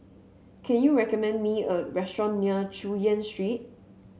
can you recommend me a restaurant near Chu Yen Street